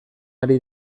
ari